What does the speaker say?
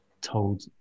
told